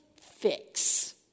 fix